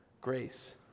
Grace